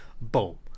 Boom